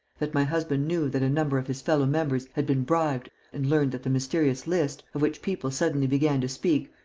that my husband knew that a number of his fellow-members had been bribed and learnt that the mysterious list, of which people suddenly began to speak,